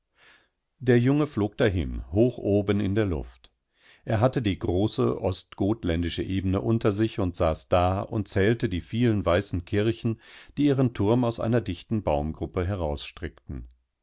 der junge flog dahin hoch oben in der luft er hatte die große ostgotländische ebene unter sich und saß da und zählte die vielen weißen kirchen die ihren turm aus einer dichten baumgruppe